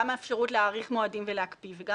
גם האפשרות להאריך מועדים ולהקפיא וגם